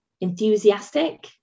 enthusiastic